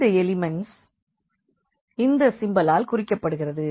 இந்த எலிமண்ட்ஸ் இந்த சிம்பலால் குறிக்கப்படுகிறது